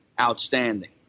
outstanding